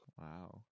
Wow